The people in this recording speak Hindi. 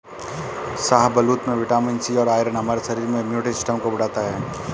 शाहबलूत में विटामिन सी और आयरन हमारे शरीर में इम्युनिटी सिस्टम को बढ़ता है